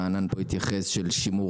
שרענן התייחס אליו,